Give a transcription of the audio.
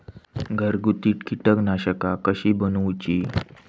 घरगुती कीटकनाशका कशी बनवूची?